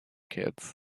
kids